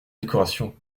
décoration